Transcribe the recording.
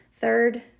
third